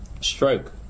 stroke